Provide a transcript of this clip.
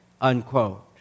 unquote